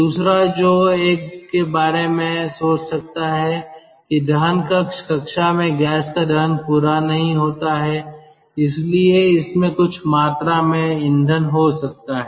दूसरा जो एक के बारे में सोच सकता है कि दहन कक्ष कक्षा में गैस का दहन पूरा नहीं होता है इसलिए इसमें कुछ मात्रा में ईंधन हो सकता है